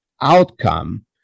outcome